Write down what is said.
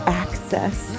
access